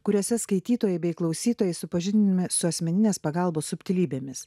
kuriose skaitytojai bei klausytojai supažindinami su asmeninės pagalbos subtilybėmis